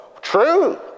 True